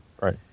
Right